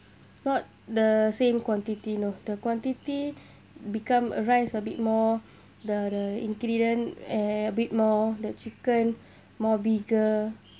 not the same quantity no the quantity become uh rice a bit more the the ingredient eh a bit more the chicken more bigger